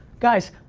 guys,